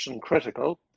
critical